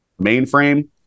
mainframe